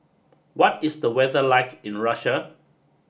what is the weather like in Russia